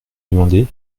demandé